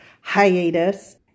hiatus